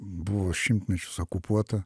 buvo šimtmečius okupuota